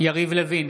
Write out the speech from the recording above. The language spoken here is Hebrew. יריב לוין,